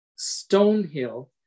Stonehill